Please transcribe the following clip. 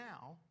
now